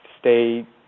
stay